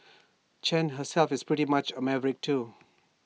Chen herself is pretty much A maverick too